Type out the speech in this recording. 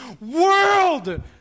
World